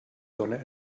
sonne